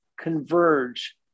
converge